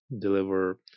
Deliver